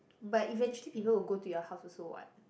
but eventually people will go to your house also what